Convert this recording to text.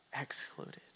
excluded